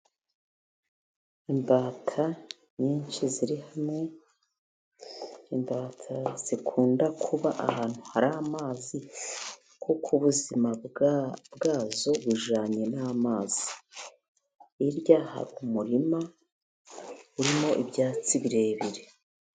Imbata nyinshi ziri hamwe. Imbata zikunda kuba ahantu hari amazi, kuko ubuzima bwazo bujyanye n'amazi, hiryaha hari umurima urimo ibyatsi birebire.